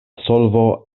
solvo